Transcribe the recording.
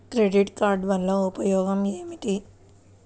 Credit card వల్ల ఉపయోగం ఏమిటీ?